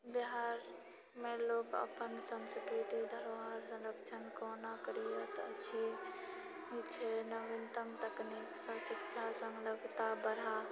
बिहारमे लोग अपन संस्कृति धरोहर संरक्षण कोना करैत अछि छय नवीनतम तकनीकसँ शिक्षा सङ्लगता बढ़ा